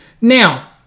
now